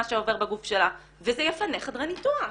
שעובר בגוף שלה וזה יפנה חדרי ניתוח.